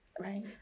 Right